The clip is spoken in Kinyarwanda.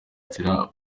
nzira